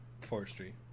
forestry